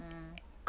mm